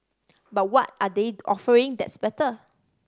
but what are they offering that's better